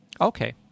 Okay